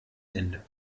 ende